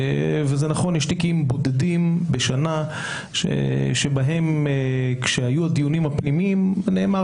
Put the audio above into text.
זה נכון שיש תיקים בודדים בשנה בהם כשהיו דיונים פנימיים נאמר